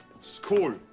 School